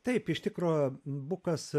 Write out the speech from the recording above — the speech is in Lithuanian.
taip iš tikro bukas